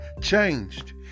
changed